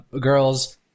girls